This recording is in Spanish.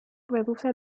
reduce